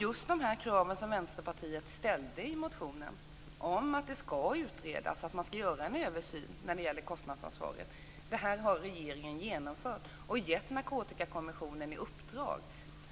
Just de krav som Vänsterpartiet ställer i motionen, att det skall utredas och att det behövs en översyn när det gäller kostnadsansvaret, har regeringen genomfört. Man har gett Narkotikakommissionen i uppdrag